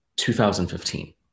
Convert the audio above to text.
2015